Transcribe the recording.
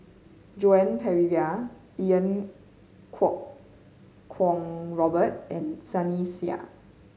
Joan Pereira Iau Kuo Kwong Robert and Sunny Sia